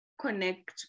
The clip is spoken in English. connect